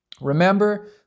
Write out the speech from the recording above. Remember